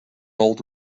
old